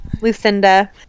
Lucinda